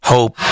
Hope